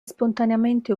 spontaneamente